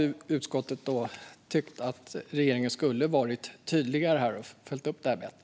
Utskottet tycker att regeringen borde ha varit tydligare och följt upp detta bättre.